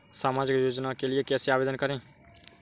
सामाजिक योजना के लिए कैसे आवेदन करें?